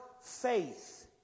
faith